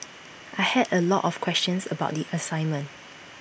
I had A lot of questions about the assignment